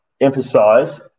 emphasize